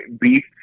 beef